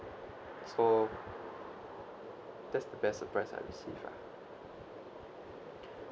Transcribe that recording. so that's the best surprise I received lah